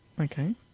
Okay